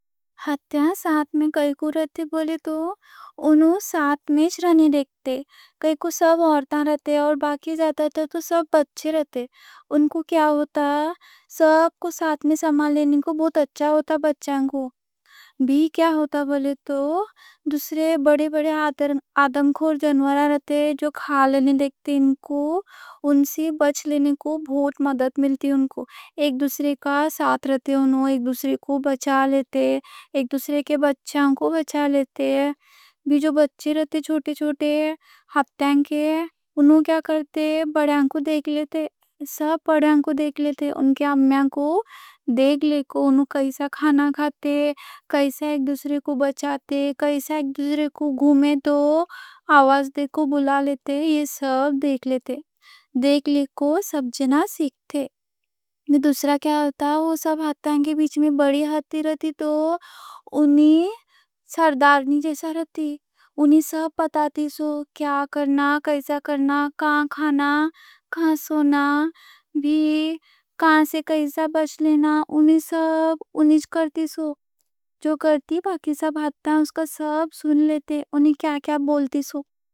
ہتیاں ساتھ میں کائیں کوں رہتے، بولے تو انہوں ساتھ میں رہنے دیکھتے۔ کائیں کوں سب عورتاں رہتے اور باقی جاتا تھا تو سب بچے رہتے۔ ان کو کیا ہوتا، سب کو ساتھ میں سنبھال لینے کو بہت اچھا ہوتا، بچوں کو بھی۔ بڑے بڑے آدم خور جنورہ رہتے جو کھا لینے دیکھتے، ان سے بچ لینے کو بہت مدد ملتی ان کو۔ ایک دوسرے کا ساتھ رہتے انہوں، ایک دوسرے کو بچا لیتے، ایک دوسرے کے بچوں کوں بچا لیتے۔ جو بچے رہتے، چھوٹے چھوٹے ہتیاں کے، انہوں کیا کرتے، بڑے ہاتھی کو دیکھ لیتے۔ سب بڑے ہاتھی کو دیکھ لیتے۔ ان کی امیاں کو دیکھ لے کو، انہوں کیسا کھانا کھاتے، کیسا ایک دوسرے کو بچاتے۔ کیسا ایک دوسرے کوں گھومے تو آواز دے کے بُلا لیتے، یہ سب دیکھ لیتے۔ دیکھتے دیکھتے سب سیکھتے۔ دوسرا کیا ہوتا، وہ سب ہتیاں کے بیچ میں بڑی ہاتھی رہتی تو انہی سردارنی جیسا رہتی۔ انہی سب بتاتی سو کیا کرنا، کیسا کرنا، کائیں کھانا، کائیں سونا، بھی کائیں سے کیسا بچ لینا۔ انہی سو کرتی سو جو کرتی، باقی سب ہتیاں اس کا سب سن لیتے، انہی کیا کیا بولتی سو۔